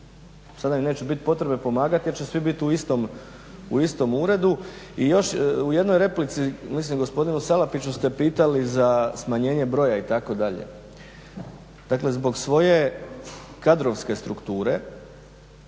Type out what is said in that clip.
Sada im neće bit potrebe pomagati jer će svi bit u istom uredu. I još u jednoj replici mislim gospodinu Salapiću ste pitali za smanjenje broja itd. Dakle, zbog svoje kadrovske strukture